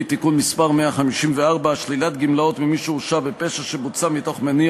(תיקון מס' 154) (שלילת גמלאות ממי שהורשע בפשע שבוצע מתוך מניע